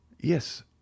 Yes